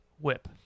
whip